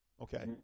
Okay